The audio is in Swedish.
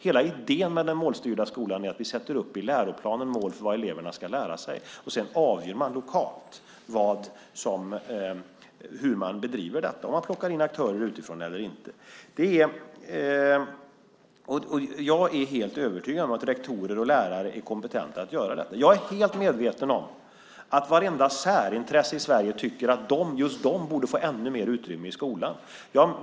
Hela idén med den målstyrda skolan är att vi i läroplanen sätter upp mål för vad eleverna ska lära sig, och sedan avgör man lokalt hur man bedriver undervisningen, om man plockar in aktörer utifrån eller inte. Jag är helt övertygad om att rektorer och lärare är kompetenta att göra detta. Jag är väl medveten om att vartenda särintresse i Sverige tycker att just de borde få ännu mer utrymme i skolan.